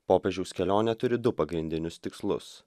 popiežiaus kelionė turi du pagrindinius tikslus